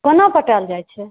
कोना पटाओल जाइत छै